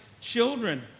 children